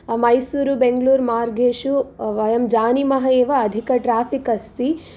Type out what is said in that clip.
मैसूर् बेङ्ग्ळूर् मार्गेषु वयं जानीमः एव अधिकट्राफिक् अस्ति